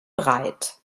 breit